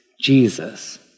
Jesus